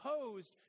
opposed